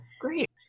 Great